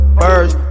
birds